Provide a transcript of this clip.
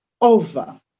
over